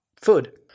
food